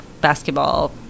basketball